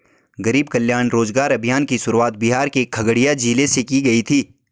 गरीब कल्याण रोजगार अभियान की शुरुआत बिहार के खगड़िया जिले से की गयी है